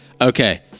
Okay